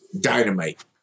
Dynamite